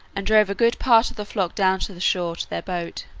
and drove a good part of the flock down to the shore to their boat.